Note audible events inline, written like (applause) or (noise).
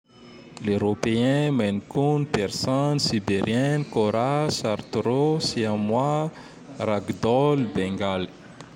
(noise) L'Européen, (noise) mainkoun, (noise) persan, (noise) siberien, (noise) coran, (noise) sartro, (noise) siamois, (noise) rakdol, (noise) bengal.